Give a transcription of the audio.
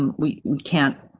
um we we can't.